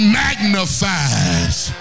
magnifies